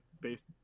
based